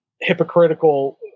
hypocritical